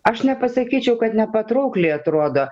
aš nepasakyčiau kad nepatraukliai atrodo